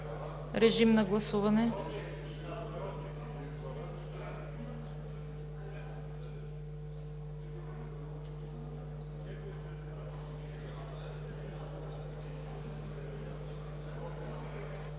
режим на гласуване.